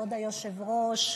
כבוד היושב-ראש,